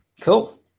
Cool